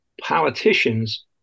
politicians